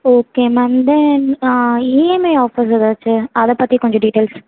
okay ma'am then EMI offer எதாச்சும் அதைப்பத்தி கொஞ்சம் டீட்டைல்ஸ்